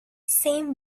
same